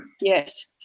Yes